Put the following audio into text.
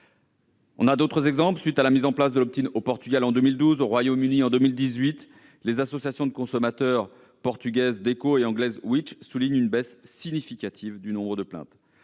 On a d'autres exemples. À la suite de la mise en place de l'au Portugal, en 2012, au Royaume-Uni, en 2018, les associations de consommateurs portugaise DECO et anglaise Which ? soulignent une baisse significative du nombre de plaintes.